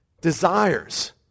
desires